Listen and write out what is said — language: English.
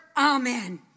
Amen